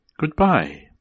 goodbye